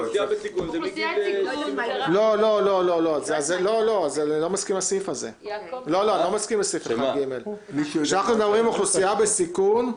אני לא מסכים לסעיף 1ג'. כשאנחנו מדברים על אוכלוסייה בסיכון,